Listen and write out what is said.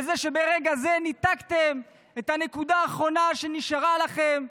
בזה שברגע זה ניתקתם את הנקודה האחרונה שנשארה לכם,